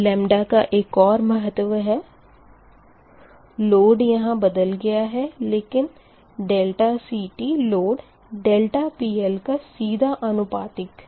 lambda का एक और महत्व है लोड यहाँ बदल गया है लेकिन CT लोड PL का सीधा अनुपातिक है